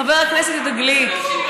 חבר הכנסת גליק,